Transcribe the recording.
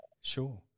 sure